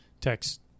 text